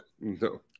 No